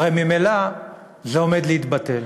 הרי ממילא זה עומד להתבטל,